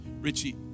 Richie